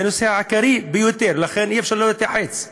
זה הנושא העיקרי ביותר, לכן אי-אפשר שלא להתייחס.